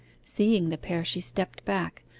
seeing the pair she stepped back,